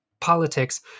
politics